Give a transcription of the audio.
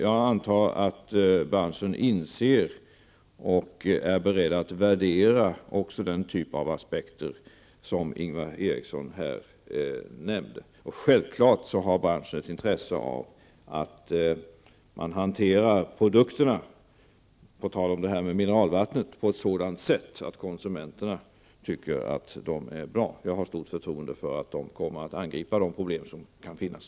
Jag antar att branschen inser, och är beredd att värdera, även den typ av aspekter som Ingvar Eriksson här nämnde. Branschen har självfallet ett intresse av att man hanterar produkterna -- på tal om detta med mineralvattnet -- på ett sådant sätt att konsumenterna tycker att de är bra. Jag har stort förtroende för att de kommer att angripa de problem som kan finnas.